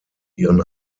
ihren